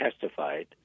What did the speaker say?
testified